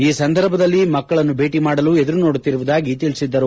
ಈ ಸಂದರ್ಭದಲ್ಲಿ ಮಕ್ಕಳನ್ನು ಭೇಟಿ ಮಾಡಲು ಎದುರು ನೋಡುತ್ತಿರುವುದಾಗಿ ತಿಳಿಸಿದ್ದರು